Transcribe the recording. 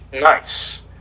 Nice